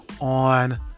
on